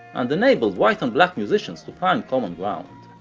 and enabled white and black musicians to find common ground.